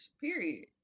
period